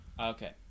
Okay